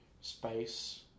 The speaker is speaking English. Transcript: space